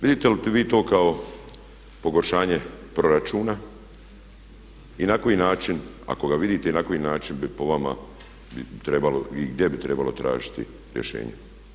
Vidite li vi to kao pogoršanje proračuna i na koji način, ako ga vidite i na koji način bi po vama trebao i gdje bi trebalo tražiti rješenje?